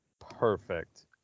Perfect